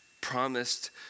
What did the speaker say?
promised